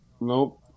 Nope